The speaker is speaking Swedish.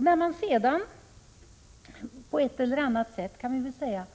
Dessa önskemål beviljades, kan man väl säga,